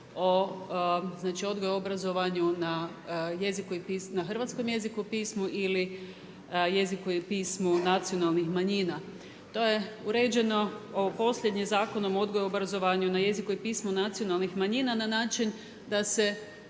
na jeziku i pismu, na hrvatskom jeziku i pismu ili jeziku i pismu nacionalnih manjina. To je uređeno posljednjim Zakonom o odgoju i obrazovanju na jeziku i pismu nacionalnih manjina na način da se